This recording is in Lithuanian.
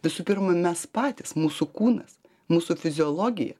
visų pirma mes patys mūsų kūnas mūsų fiziologija